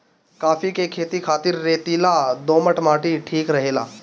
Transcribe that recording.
काफी के खेती खातिर रेतीला दोमट माटी ठीक रहेला